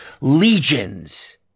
legions